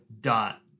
dot